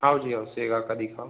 आओ जी आओ सेगा का दिखाओ